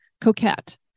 Coquette